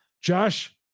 Josh